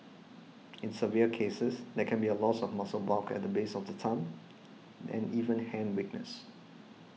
in severe cases there can be a loss of muscle bulk at the base of the thumb and even hand weakness